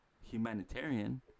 humanitarian